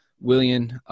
William